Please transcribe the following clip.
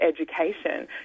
education